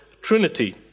Trinity